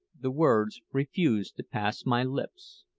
the words refused to pass my lips.